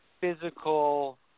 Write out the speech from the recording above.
physical